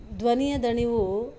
ಧ್ವನಿಯ ದಣಿವು